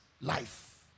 life